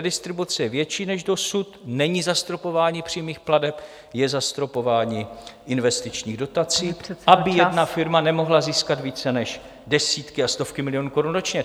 Redistribuce je větší než dosud, není zastropování přímých plateb, je zastropování investičních dotací, aby jedna firma nemohla získat více než desítky a stovky milionů korun ročně.